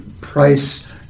price